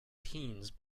teens